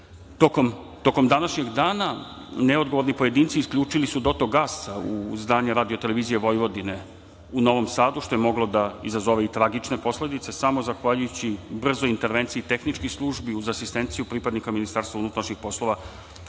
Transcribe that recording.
današnjeg dana, neodgovorni pojedinci isključili su dotok gasa u zdanje Radio-televizije Vojvodine u Novom Sadu, što je moglo da izazove i tragične posledice. Samo zahvaljujući brzoj intervenciji tehničkih službi, uz asistenciju pripadnika Ministarstva unutrašnjih poslova,